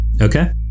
Okay